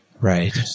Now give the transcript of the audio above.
Right